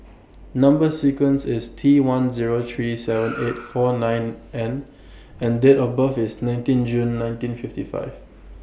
Number sequence IS T one Zero three seven eight four nine N and Date of birth IS nineteen June nineteen fifty five